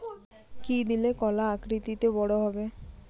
কি দিলে কলা আকৃতিতে বড় হবে?